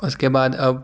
اس کے بعد اب